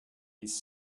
his